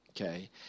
Okay